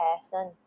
person